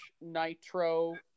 Nitro